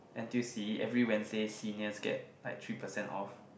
N_T_U_C every Wednesdays seniors get like three percent off